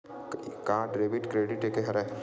का debit credit एके हरय?